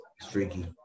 Streaky